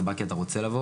אתה בא כי אתה רוצה לבוא,